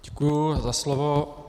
Děkuji za slovo.